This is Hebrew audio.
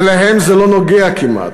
ולהן זה לא נוגע כמעט.